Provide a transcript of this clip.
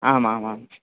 आम् आमाम्